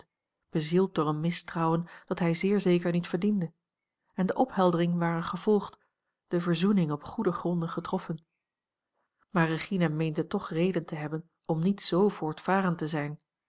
bezield door een mistrouwen dat hij zeer zeker niet verdiende en de opheldering ware gevolgd de verzoening op goede gronden getroffen maar regina meende toch reden te hebben om niet z voortvarend te zijn